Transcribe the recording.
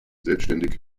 selbständig